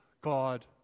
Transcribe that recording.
God